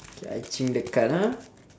K I change the card ah